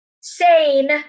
sane